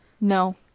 no